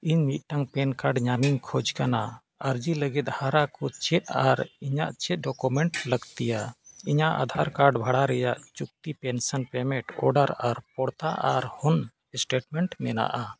ᱤᱧ ᱢᱤᱫᱴᱟᱱ PAN card ᱧᱟᱢᱤᱧ ᱠᱷᱚᱡᱽ ᱠᱟᱱᱟ ᱟᱨᱡᱤ ᱞᱟᱹᱜᱤᱫ ᱦᱟᱨᱟ ᱠᱚᱪᱮᱫ ᱟᱨ ᱤᱧᱟᱹᱜ ᱪᱮᱫ ᱰᱚᱠᱳᱢᱮᱱᱴ ᱞᱟᱹᱠᱛᱤᱭᱟ ᱤᱧᱟᱹᱜ ᱟᱫᱷᱟᱨ ᱠᱟᱨᱰ ᱵᱷᱟᱲᱟ ᱨᱮᱭᱟᱜ ᱪᱩᱠᱛᱤ ᱯᱮᱱᱥᱚᱱ ᱯᱮᱢᱮᱱᱴ ᱚᱰᱟᱨ ᱟᱨ ᱯᱚᱲᱛᱟ ᱟᱨ ᱦᱚᱱ ᱥᱴᱮᱴᱢᱮᱱᱴ ᱢᱮᱱᱟᱜᱼᱟ